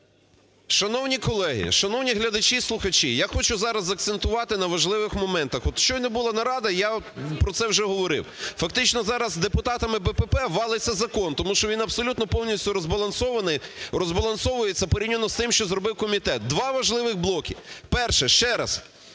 Шановні колеги, шановні глядачі і слухачі, я хочу зараз закцентувати на важливих моментах. От щойно була нарада, я про це вже говорив, фактично, зараз депутатами "БПП" валиться закон, тому що він абсолютно повністю розбалансовується порівняно з тим, що зробив комітет. Два важливих блоки. Перше. Ще раз,